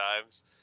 times